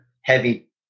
heavy